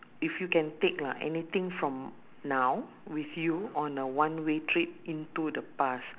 if you can take lah anything from now with you on a one way trip into the past